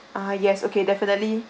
ah yes okay definitely